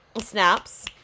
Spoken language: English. snaps